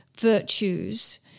virtues